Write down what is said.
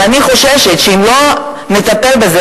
ואני חוששת שאם לא נטפל בזה,